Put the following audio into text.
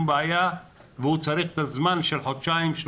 בעיה והוא צריך זמן של חודשיים-שלושה?